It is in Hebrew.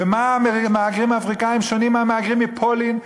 במה המהגרים האפריקנים שונים מהמהגרים מפולין,